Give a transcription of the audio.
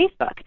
Facebook